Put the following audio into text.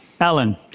Alan